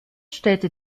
stellte